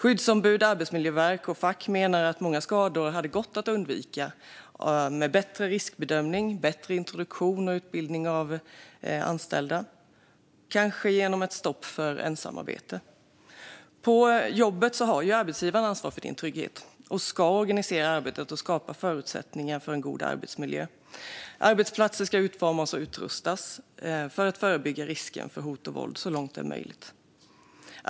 Skyddsombud, arbetsmiljöverk och fack menar att många skador hade gått att undvika med bättre riskbedömning och bättre introduktion och utbildning för anställda och kanske genom ett stopp för ensamarbete. På jobbet har arbetsgivaren ansvar för din trygghet, och arbetsgivaren ska organisera arbetet och skapa förutsättningar för en god arbetsmiljö. Arbetsplatser ska utformas och utrustas för att förebygga risk för hot och våld så långt det är möjligt.